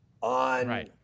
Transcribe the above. on